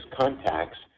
contacts